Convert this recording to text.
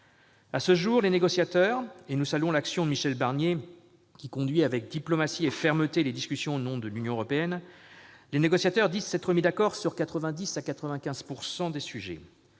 proposerait. Bien sûr, nous saluons l'action de Michel Barnier, qui conduit avec diplomatie et fermeté les discussions au nom de l'Union européenne. À ce jour, les négociateurs disent s'être mis d'accord sur 90 % à 95 % des sujets.